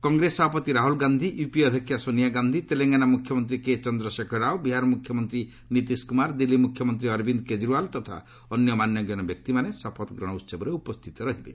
କଂଗ୍ରେସ ସଭାପତି ରାହୁଲ୍ ଗାନ୍ଧି ୟୁପିଏ ଅଧ୍ୟକ୍ଷା ସୋନିଆ ଗାନ୍ଧି ତେଲଙ୍ଗାନା ମ୍ରଖ୍ୟମନ୍ତ୍ରୀ କେ ଚନ୍ଦ୍ରଶେଖର ରାଓ ବିହାର ମୁଖ୍ୟମନ୍ତ୍ରୀ ନୀତିଶ କୁମାର ଦିଲ୍ଲୀ ମୁଖ୍ୟମନ୍ତ୍ରୀ ଅରବିନ୍ଦ୍ କେଜରିଓ୍ବାଲ୍ ତଥା ଅନ୍ୟ ମାନ୍ୟଗଣ୍ୟ ବ୍ୟକ୍ତିମାନେ ଶପଥ ଗ୍ରହଣ ଉତ୍ସବରେ ଉପସ୍ଥିତ ରହିବେ